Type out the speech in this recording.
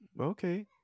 okay